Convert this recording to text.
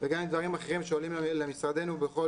וגם דברים אחרים שמגיעים למשרדנו בכל